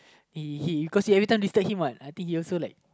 he he cause he everytime disturb him what I think he also like